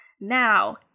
Now